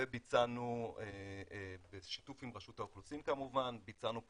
וביצענו בשיתוף עם רשות האוכלוסין כמובן proof